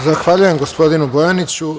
Zahvaljujem, gospodinu Bojaniću.